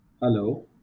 Hello